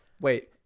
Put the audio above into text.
Wait